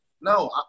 No